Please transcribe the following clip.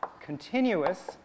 continuous